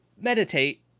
meditate